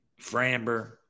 Framber